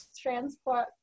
transport